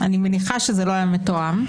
אני מניחה שזה לא היה מתואם,